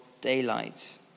daylight